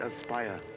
aspire